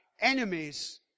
enemies